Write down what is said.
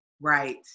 Right